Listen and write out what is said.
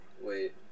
wait